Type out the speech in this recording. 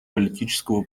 политического